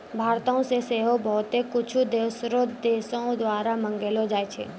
भारतो से सेहो बहुते कुछु दोसरो देशो द्वारा मंगैलो जाय छै